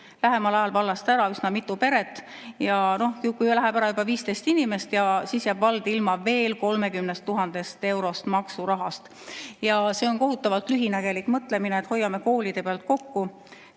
lähemal ajal vallast ära üsna mitu peret. Kui läheb ära juba 15 inimest, siis jääb vald ilma veel 30 000 eurost maksurahast. See on kohutavalt lühinägelik mõtlemine, et hoiame koolide pealt kokku.